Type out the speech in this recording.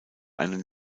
einen